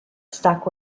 stuck